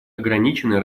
ограничены